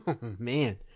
man